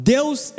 Deus